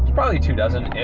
probably two dozen